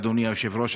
אדוני היושב-ראש,